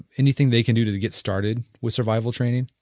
anything they can do to to get started with survival training?